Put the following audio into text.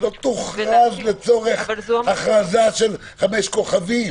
-- לא תוכרז לצורך הכרזה של 5 כוכבים.